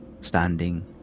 standing